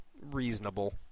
reasonable